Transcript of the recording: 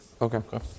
Okay